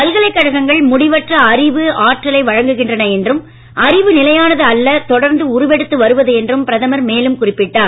பல்கலைக்கழகங்கள் முடிவற்ற அறிவு ஆற்றலை வழங்குகின்றன என்றும் அறிவு நிலையானது அல்ல தொடர்ந்து உருவெடுத்து வருவது என்றும் பிரதமர் குறிப்பிட்டார்